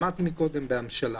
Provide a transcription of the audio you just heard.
אמרתי מקודם בהמשלה,